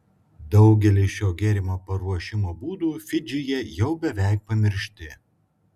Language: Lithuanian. daugelis šio gėrimo paruošimo būdų fidžyje jau beveik pamiršti